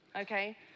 Okay